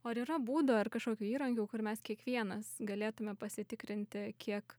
o ar yra būdų ar kažkokiu įrankių kur mes kiekvienas galėtume pasitikrinti kiek